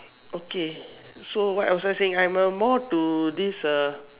okay so what was I saying I am a more to this a